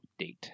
update